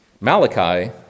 Malachi